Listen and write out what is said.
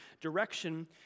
direction